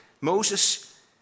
Moses